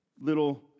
little